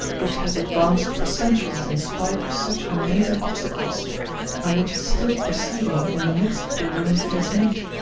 which has advanced for centuries in spite of such amazing obstacles, and which is still proceeding in the midst of the ruins it has made.